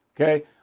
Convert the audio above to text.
Okay